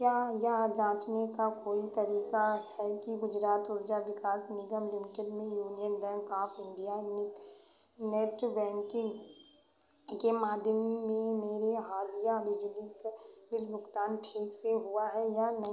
क्या यह जाँचने का कोई तरीका है कि गुजरात ऊर्जा विकास निगम लिमिटेड में यूनियन बैंक ऑफ इण्डिया नि नेट बैंकिन्ग के माध्यम से मेरे हालिया बिजली का बिल भुगतान ठीक से हुआ है या नहीं